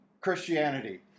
Christianity